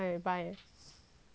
!wah!